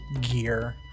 gear